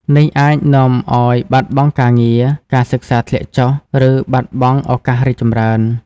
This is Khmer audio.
នេះអាចនាំឱ្យបាត់បង់ការងារ ការសិក្សាធ្លាក់ចុះ ឬបាត់បង់ឱកាសរីកចម្រើន។